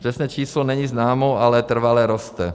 Přesné číslo není známo, ale trvale roste.